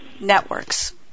networks